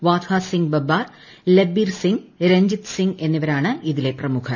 വാധ്വാസിംഗ് ബബ്ബാർ ലബ്ബീർ സിംഗ് രൺജീത് സിംഗ് എന്നിവരാണ് ഇതിലെ പ്രമുഖർ